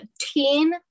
teen